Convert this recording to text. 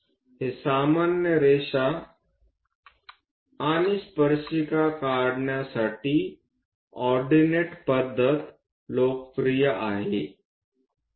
हे सामान्य रेषा आणि स्पर्शिका काढण्यासाठी ऑर्डिनेट पद्धत लोकप्रिय आहे